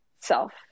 self